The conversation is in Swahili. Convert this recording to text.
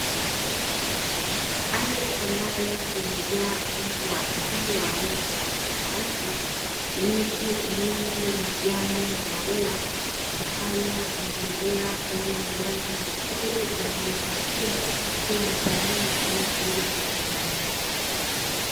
Ardhi ambayo imejaa uoto wa asili wa aina tofautitofauti, miti mingi majani na maua kufanya mazingira yawe na mandhari nzuri na inayo vutia kila mtalii anaekuja kutazama.